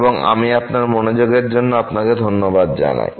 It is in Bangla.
এবং আমি আপনার মনোযোগের জন্য আপনাকে ধন্যবাদ জানাই